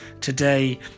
today